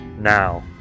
Now